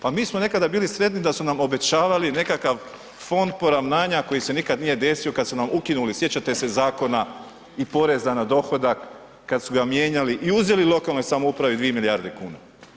Pa mi smo nekada bili sretni da su nam obećavali nekakav fond poravnanja koji se nikada nije desio kada su nam ukinuli sjećate se Zakona i poreza na dohodak kada su ga mijenjali i uzeli lokalnoj samoupravi 2 milijarde kuna.